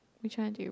which one do you